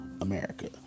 America